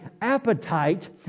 appetite